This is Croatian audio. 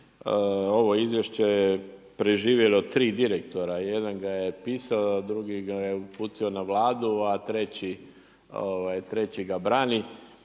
ovo izvješće je preživjelo 3 direktora, jedan ga je pisao a drugi ga je uputio u Vladu, a treći ga brani.